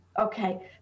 okay